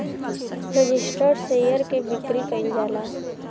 registered share के बिक्री कईल जाला